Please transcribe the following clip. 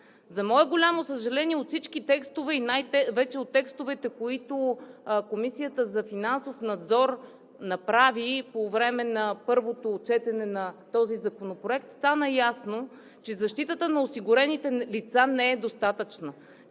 За мое голямо съжаление, от всички текстове, и най-вече от текстовете, които Комисията за финансов надзор направи по време на първото четене на този законопроект, стана ясно, че защитата на осигурените лица не е достатъчна.